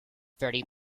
thirty